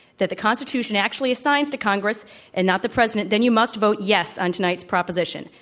that the institution actually assigns to congress and not the president, then you must vote yes on tonight's propositio n,